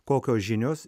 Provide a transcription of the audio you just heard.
kokios žinios